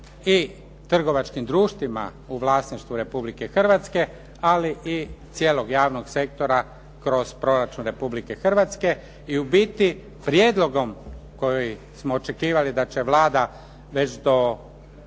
i trgovačkim društvima u vlasništvu Republike Hrvatske, ali i cijelog javnog sektora kroz proračun Republike Hrvatske i ubiti prijedlogom kojim smo očekivali da će Vlada već do